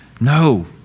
No